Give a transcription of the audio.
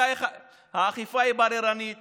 האכיפה היא בררנית